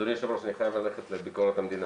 אדוני היושב ראש, אני חייב ללכת לביקורת המדינה.